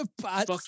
fuck